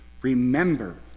remember